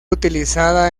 utilizada